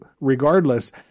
regardless